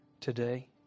today